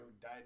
died